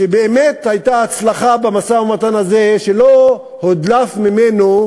שבאמת הייתה הצלחה במשא-ומתן הזה שלא הודלף ממנו,